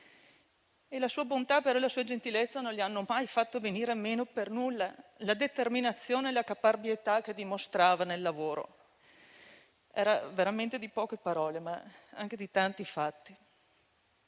La sua bontà e la sua gentilezza non gli hanno mai fatto venire per nulla meno la determinazione e la caparbietà che dimostrava nel lavoro. Era veramente di poche parole, ma anche di tanti fatti.